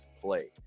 play